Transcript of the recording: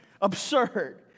absurd